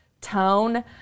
tone